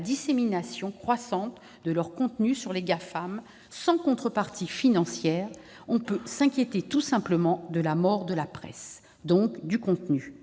dissémination croissante de leurs contenus sur les Gafam, sans contrepartie financière, on peut réellement s'inquiéter, tout simplement, de la mort de la presse donc du contenu.